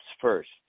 first